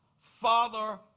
father